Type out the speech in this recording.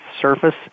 surface